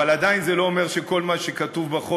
אבל עדיין זה לא אומר שכל מה שכתוב בחוק